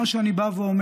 מה שאני אומר: